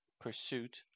pursuit